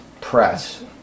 press